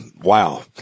wow